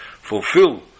fulfill